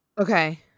Okay